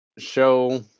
show